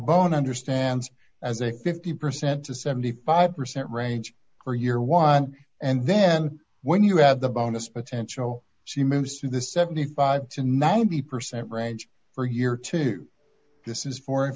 bone understands as a fifty percent to seventy five percent range for year one and then when you add the bonus potential she moves to the seventy five to ninety percent range for year two this is for